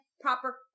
proper